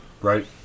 Right